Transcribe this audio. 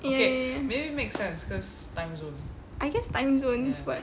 ya ya ya I guess timezone but